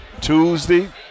Tuesday